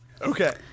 Okay